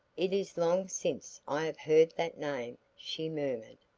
it is long since i have heard that name, she murmured.